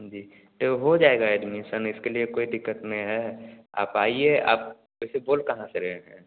जी तो हो जाएगा ऐडमिसन इसके लिए कोई दिक़्क़त नहीं है आप आइए आप वैसे बोल कहाँ से रहे हैं